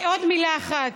עוד מילה אחת.